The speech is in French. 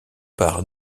par